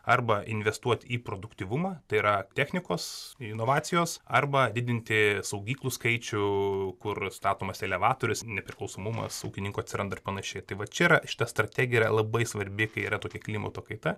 arba investuoti į produktyvumą tai yra technikos inovacijos arba didinti saugyklų skaičių kur statomas elevatorius nepriklausomumas ūkininkų atsiranda ir panašiai tai va čia yra šita strategija yra labai svarbi kai yra tokia klimato kaita